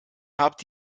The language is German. habt